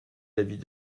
l’avis